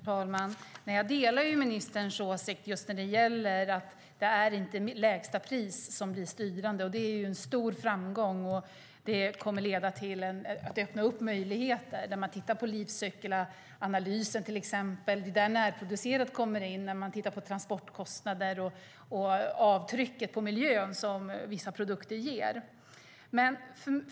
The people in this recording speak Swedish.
Herr talman! Jag delar ministerns åsikt när det gäller att det inte är lägsta pris som blir styrande. Det är en stor framgång, och det kommer att leda till att möjligheter öppnas. Man kan till exempel göra livscykelanalyser - det är där som närproducerat kommer in - när man tittar på transportkostnader och avtrycket på miljön som vissa produkter gör.